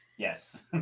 Yes